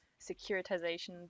securitization